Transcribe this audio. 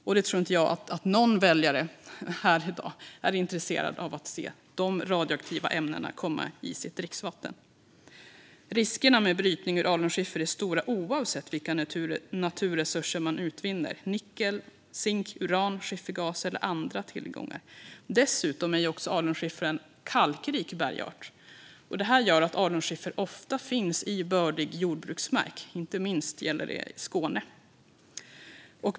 Jag tror inte att någon väljare i dag är intresserad av att få de radioaktiva ämnena i sitt dricksvatten. Riskerna med brytning i alunskiffer är stora oavsett vilka naturresurser man utvinner - nickel, zink, uran, skiffergas eller andra tillgångar. Dessutom är alunskiffer en kalkrik bergart. Det gör att alunskiffer ofta finns i bördig jordbruksmark, inte minst i Skåne.